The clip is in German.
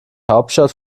hauptstadt